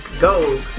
go